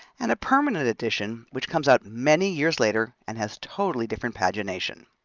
and a permanent edition which comes out many years later and has totally different pagination.